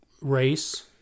Race